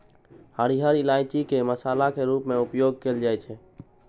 हरियर इलायची के मसाला के रूप मे उपयोग कैल जाइ छै